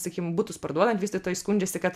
sakykim butus parduodant vystytojai skundžiasi kad